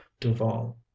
Duval